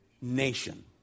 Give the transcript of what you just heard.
Nation